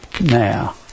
Now